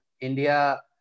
India